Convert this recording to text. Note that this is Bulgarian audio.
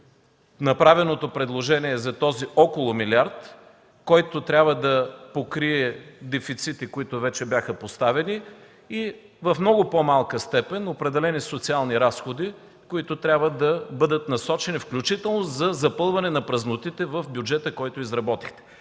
направеното предложение за този около милиард, който трябва да покрие дефицити, които вече бяха поставени, и в много по-малка степен определени социални разходи, които трябва да бъдат насочени включително за запълване на празнотите в бюджета, който изработихте?